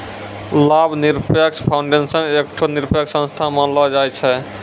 लाभ निरपेक्ष फाउंडेशन एकठो निरपेक्ष संस्था मानलो जाय छै